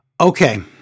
okay